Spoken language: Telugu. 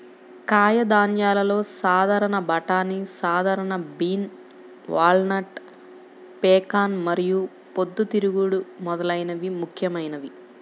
కాయధాన్యాలలో సాధారణ బఠానీ, సాధారణ బీన్, వాల్నట్, పెకాన్ మరియు పొద్దుతిరుగుడు మొదలైనవి ముఖ్యమైనవి